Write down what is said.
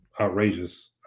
outrageous